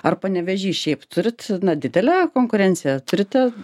ar panevėžy šiaip turit na didelę konkurenciją turite